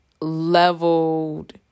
leveled